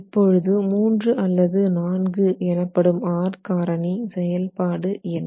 இப்பொழுது 3 அல்லது 4 எனப்படும் R காரணி செயல்பாடு என்ன